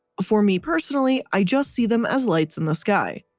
for me personally, i just see them as lights in the sky.